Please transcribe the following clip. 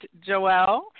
Joelle